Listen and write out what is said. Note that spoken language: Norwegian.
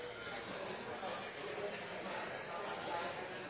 Jeg sa